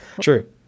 true